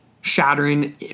shattering